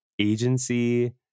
agency